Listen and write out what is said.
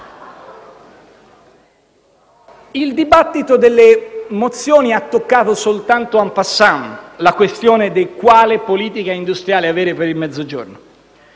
Il dibattito sulle mozioni ha toccato soltanto *en passant* la questione di quale politica industriale avere per il Mezzogiorno.